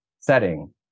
setting